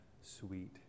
sweet